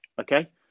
Okay